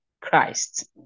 Christ